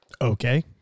Okay